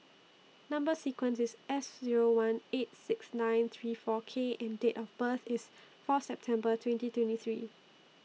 Number sequence IS S Zero one eight six nine three four K and Date of birth IS Fourth September twenty twenty three